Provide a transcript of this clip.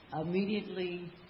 immediately